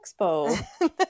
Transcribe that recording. Expo